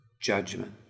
judgment